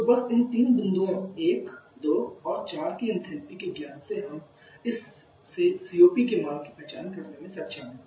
तो बस इन तीन बिंदुओं 1 2 और 4 की एंथैल्पी के ज्ञान से हम इस से COP के मान की पहचान करने में सक्षम हैं